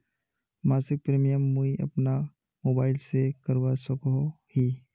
मासिक प्रीमियम मुई अपना मोबाईल से करवा सकोहो ही?